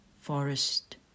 forest